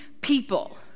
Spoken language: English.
people